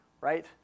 right